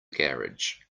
garage